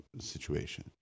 situation